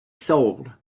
sold